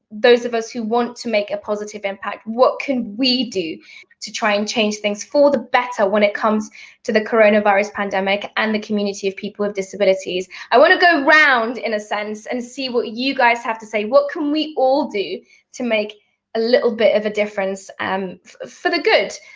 those of us who want to make a positive impact, what can we do to try and change things for the better when it comes to the coronavirus pandemic, and the community of people with disabilities. i want to go round in a sense and see what you guys have to say. what can we all do to make a little bit of a difference um for the good?